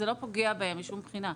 זה לא פוגע בהם משום בחינה.